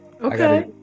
Okay